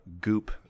goop